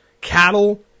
Cattle